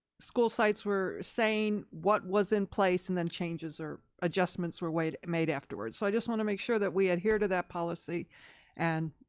school sites were saying what was in place and then changes or adjustments were made afterwards. so i just wanna make sure that we adhere to that policy and